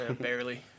Barely